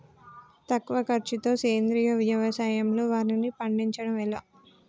తక్కువ ఖర్చుతో సేంద్రీయ వ్యవసాయంలో వారిని పండించడం ఎలా?